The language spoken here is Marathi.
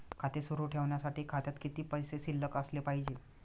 खाते सुरु ठेवण्यासाठी खात्यात किती पैसे शिल्लक असले पाहिजे?